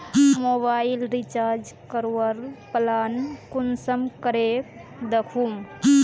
Mobile recharge करवार plan कुंसम करे दखुम?